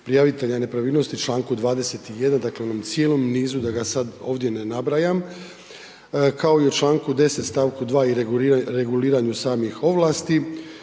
prijavitelja nepravilnost u čl. 21. dakle u onom cijelom nizu da ga sad ovdje ne nabrajam, kao i u čl. 10. st. 2. i reguliranju samih ovlasti